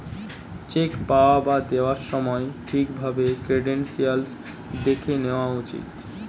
check পাওয়া বা দেওয়ার সময় ঠিক ভাবে ক্রেডেনশিয়াল্স দেখে নেওয়া উচিত